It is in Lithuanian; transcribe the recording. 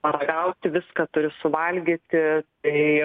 paragauti viską turi suvalgyti tai